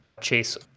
chase